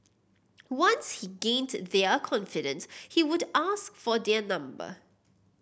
once he gained their confidence he would ask for their number